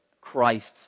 Christ's